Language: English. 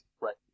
Right